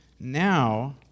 now